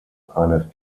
eine